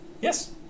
Yes